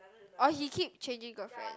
oh he keep changing girlfriend